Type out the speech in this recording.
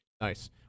Nice